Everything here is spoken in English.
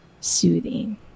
soothing